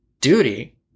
duty